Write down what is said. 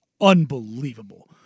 unbelievable